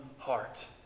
heart